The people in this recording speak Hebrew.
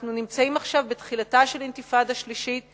אנחנו נמצאים עכשיו בתחילתה של אינתיפאדה שלישית,